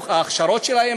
ההכשרות שלהם?